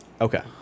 Okay